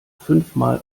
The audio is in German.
fünfmal